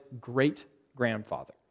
great-grandfather